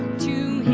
to